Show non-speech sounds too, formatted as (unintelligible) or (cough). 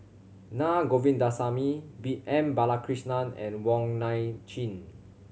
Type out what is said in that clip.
Naa Govindasamy (unintelligible) M Balakrishnan and Wong Nai Chin